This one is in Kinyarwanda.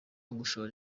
gushora